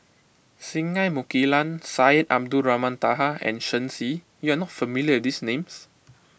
Singai Mukilan Syed Abdulrahman Taha and Shen Xi you are not familiar with these names